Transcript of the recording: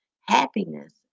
Happiness